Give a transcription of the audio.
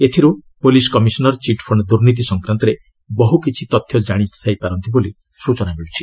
ଏଥିରୁ police commissioner chit fund ଦୁର୍ନୀତି ସଂକ୍ରାନ୍ତରେ ବହୁ କିଛି ଜାଣିଥାଇ ପାରନ୍ତି ବୋଲି ସୂଚନା ମିଳୁଛି